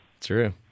True